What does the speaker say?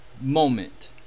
moment